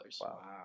Wow